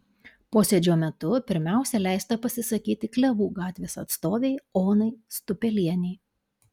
posėdžio metu pirmiausia leista pasisakyti klevų gatvės atstovei onai stupelienei